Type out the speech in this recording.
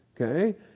Okay